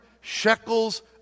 shekels